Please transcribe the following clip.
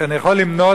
אני יכול למנות,